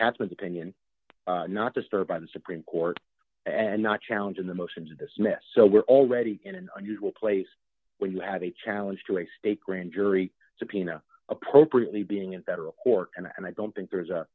kaplan opinion not disturb by the supreme court and not challenging the motion to dismiss so we're already in an unusual place when you have a challenge to a state grand jury subpoena appropriately being in federal court and i don't think there's a